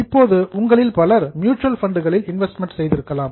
இப்போது உங்கள் பலர் மியூச்சுவல் ஃபண்டுகளில் இன்வெஸ்டிங் முதலீடு செய்திருக்கலாம்